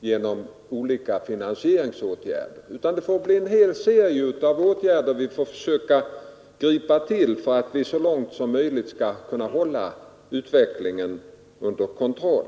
genom olika finansieringsåtgärder. Vi får försöka gripa till en hel serie av åtgärder för att så långt som möjligt kunna hålla kostnadsutvecklingen under kontroll.